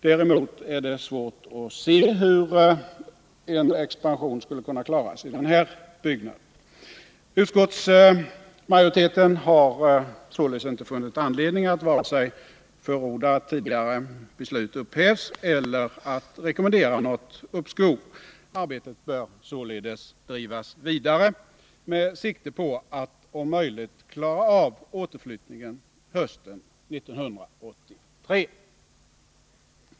Däremot är det svårt att se hur en expansion skulle kunna klaras i de lokaler som riksdagen nu disponerar. Utskottsmajoriteten har inte funnit anledning att vare sig förorda att tidigare beslut upphävs eller rekommendera något uppskov. Arbetet bör således drivas vidare med sikte på att om möjligt klara av återflyttningen hösten 1983.